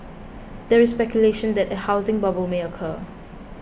there is speculation that a housing bubble may occur